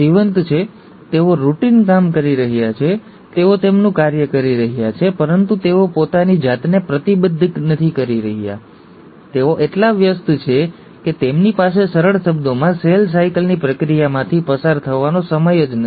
તેઓ રૂટિન કામ કરી રહ્યા છે તેઓ તેમનું કાર્ય કરી રહ્યા છે પરંતુ તેઓ પોતાની જાતને પ્રતિબદ્ધ નથી કરી રહ્યા તેઓ એટલા વ્યસ્ત છે કે તેમની પાસે સરળ શબ્દોમાં સેલ સાયકલની પ્રક્રિયામાંથી પસાર થવાનો સમય જ નથી